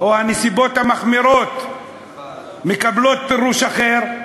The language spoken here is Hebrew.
או הנסיבות המחמירות מקבלות פירוש אחר?